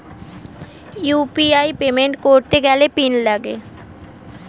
UPI payment করতে গেলে PIN লাগে